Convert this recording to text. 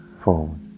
forward